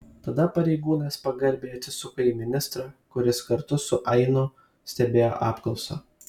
tada pareigūnas pagarbiai atsisuko į ministrą kuris kartu su ainu stebėjo apklausą